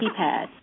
keypad